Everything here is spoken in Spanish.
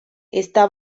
está